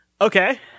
Okay